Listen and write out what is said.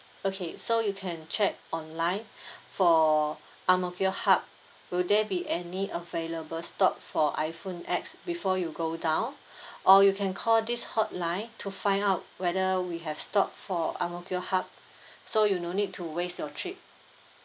okay so you can check online for ang mo kio hub will there be any available stock for iphone X before you go down or you can call this hotline to find out whether we have stock for ang mo kio hub so you no need to waste your trip